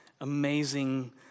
amazing